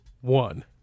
one